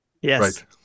Yes